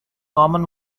common